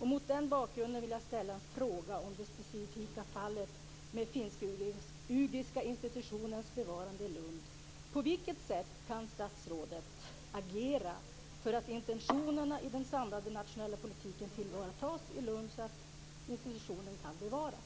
000. Mot den bakgrunden vill jag ställa en fråga om det specifika fallet med finsk-ugriska institutionens bevarande i Lund. Lund så att institutionen kan bevaras?